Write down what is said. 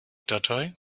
datei